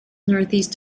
northeast